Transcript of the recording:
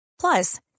Plus